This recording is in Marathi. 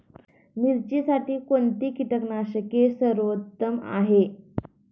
मिरचीसाठी कोणते कीटकनाशके सर्वोत्तम आहे?